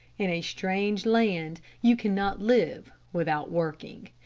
in a strange land you cannot live without working.